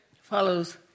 follows